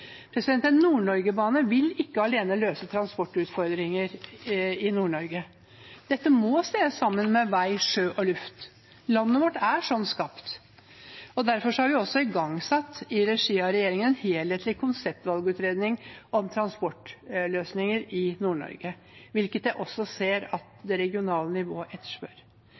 En Nord-Norge-bane vil ikke alene løse transportutfordringer i Nord-Norge. Dette må ses sammen med vei, sjø og luft, landet vårt er skapt slik. Derfor har vi også igangsatt, i regi av regjeringen, en helhetlig konseptvalgutredning om transportløsninger i Nord-Norge, hvilket jeg også ser at det regionale nivået etterspør.